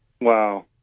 Wow